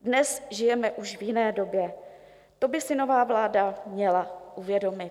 Dnes žijeme už v jiné době, ro by si nová vláda měla uvědomit.